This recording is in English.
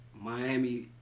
Miami